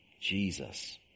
Jesus